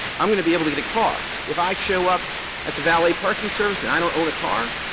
i'm going to be able to get a car. if i show up at the valet parking service and i don't own a car,